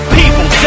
people